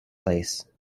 place